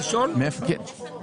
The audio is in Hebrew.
הילד.